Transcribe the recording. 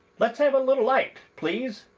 let's have a little light, please!